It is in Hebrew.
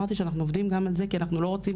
שאנחנו עובדים גם על זה כי אנחנו לא רוצים